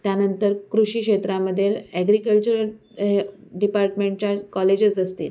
त्यानंतर कृषी क्षेत्रामधील ॲग्रिकल्चर हे डिपार्टमेंटच्या कॉलेजेस असतील